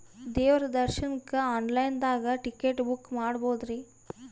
ದೇವ್ರ ದರ್ಶನಕ್ಕ online ದಾಗ ಟಿಕೆಟ ಬುಕ್ಕ ಮಾಡ್ಬೊದ್ರಿ?